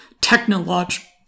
technological